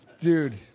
Dude